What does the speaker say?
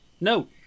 No